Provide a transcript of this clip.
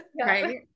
Right